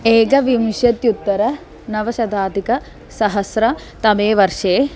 एकविंशत्युत्तर नवशताधिकसहस्रतमे वर्षे